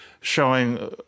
showing